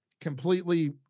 completely